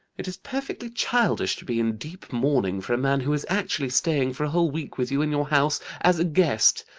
it is perfectly childish to be in deep mourning for a man who is actually staying for a whole week with you in your house as a guest.